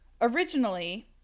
Originally